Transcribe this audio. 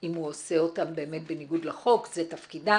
אם הוא עושה אותם באמת בניגוד לחוק, זה תפקידם